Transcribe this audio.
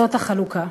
זאת החלוקה.